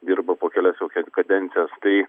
dirba po kelias jau kadencijas tai